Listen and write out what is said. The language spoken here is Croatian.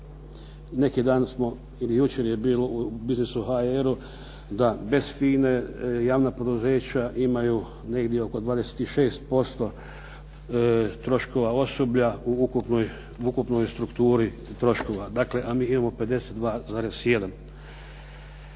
Neki dan smo, jučer su bili u HR-u da bez FINE javna poduzeća imaju negdje oko 26% troškova osoblja u ukupnoj strukturi troškova a mi imamo 52,1.